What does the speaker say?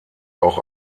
auch